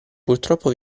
purtroppo